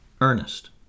Ernest